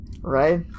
Right